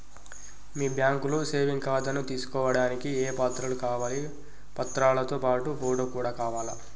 మీ బ్యాంకులో సేవింగ్ ఖాతాను తీసుకోవడానికి ఏ ఏ పత్రాలు కావాలి పత్రాలతో పాటు ఫోటో కూడా కావాలా?